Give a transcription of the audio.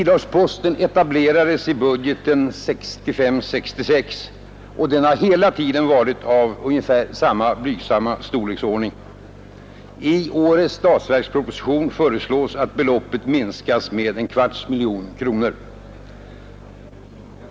Den etablerades i budgeten 1965/66, och den har hela tiden varit av ungefär samma blygsamma storlek. I årets statsverksproposition föreslås att beloppet minskas med en kvarts miljon kronor.